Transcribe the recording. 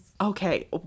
Okay